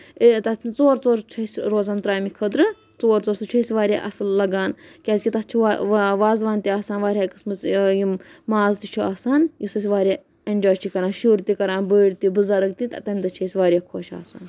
تَتھ ژور ژور چھِ أسۍ روزان ترامہِ خٲطرٕ ژور ژور سُہ چھُ أسۍ واریاہ اَصٕل لگان کیازِ کہِ تَتھ چھُ وازوان تہِ آسان واریاہ قسمہٕ یِم ماز تہِ چھُ آسان یُس أسۍ واریاہ اینجاے چھِ کران شُر تہِ کران بٔڑۍ تہِ بُزرٕگ تہِ تہٕ تَمہِ دۄہ چھِ أسۍ واریاہ خۄش آسان